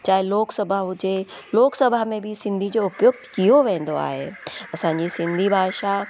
चाहे लोकसभा हुजे लोकसभा में बि सिंधी जो उपयोगु कयो वेंदो आहे असांजी सिंधी भाषा